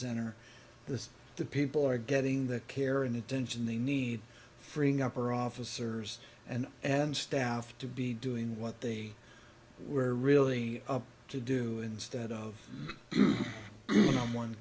center this the people are getting the care and attention they need freeing up or officers and and staff to be doing what they were really up to do instead of one on